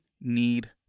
need